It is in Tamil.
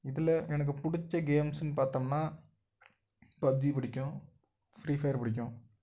இதில் எனக்கு பிடிச்ச கேம்ஸுன்னு பார்த்தோம்னா பப்ஜி பிடிக்கும் ஃப்ரீ ஃபயர் பிடிக்கும்